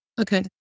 Okay